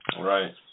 Right